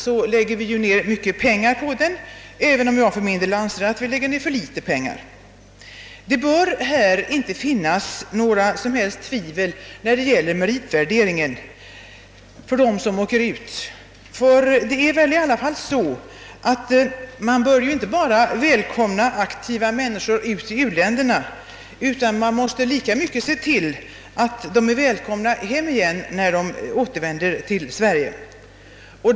a. lägger vi ned mycket pengar på u-landshjälpen, även om jag för min del anser, att vi lägger ned för litet pengar på den. Det bör inte finnas några tvivelsmål när det gäller meritvärderingen för dem som ger sig ut i u-landstjänst. Man bör väl inte bara välkomna aktiva människor ute i u-länderna, utan man måste i lika hög grad se till att de är välkomna när de återvänder till Sverige.